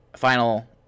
final